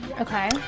Okay